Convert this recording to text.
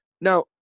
Now